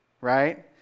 right